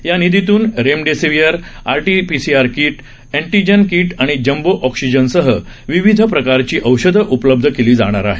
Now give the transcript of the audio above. या निधीतून remdesivir RT PCR kit antigen kit आणि जम्बो ऑक्सिजनसह विविध प्रकारची औषधं उपलब्ध केली जाणार आहेत